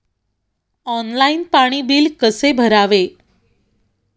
Online पाणी bill कसे भरावे?